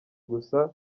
gusa